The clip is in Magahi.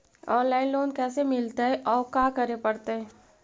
औनलाइन लोन कैसे मिलतै औ का करे पड़तै?